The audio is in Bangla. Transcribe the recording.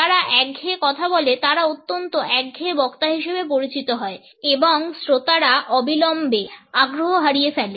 যারা একঘেয়ে কথা বলে তারা অত্যন্ত একঘেয়ে বক্তা হিসেবে পরিচিত এবং শ্রোতারা অবিলম্বে আগ্রহ হারিয়ে ফেলে